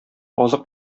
азык